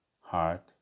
heart